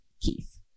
Keith